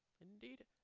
Indeed